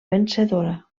vencedora